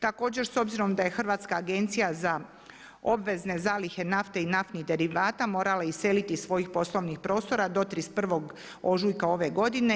Također, s obzirom da je Hrvatska agencija za obvezne zalihe nafte i naftnih derivata morala iseliti iz svojih poslovnih prostora do 31. ožujka ove godine.